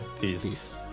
Peace